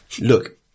Look